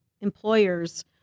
employers